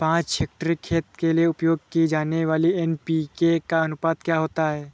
पाँच हेक्टेयर खेत के लिए उपयोग की जाने वाली एन.पी.के का अनुपात क्या होता है?